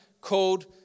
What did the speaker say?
called